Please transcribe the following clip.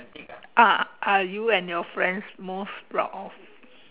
ah are you and your friends most proud of